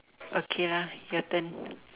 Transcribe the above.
okay lah your turn